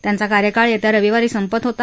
त्यांचा कार्यकाळ येत्या रविवारी संपत होता